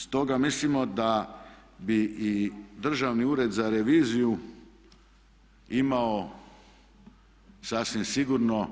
Stoga mislimo da bi i Državni ured za reviziju imao sasvim sigurno